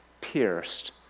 pierced